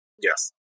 Yes